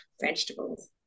vegetables